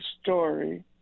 story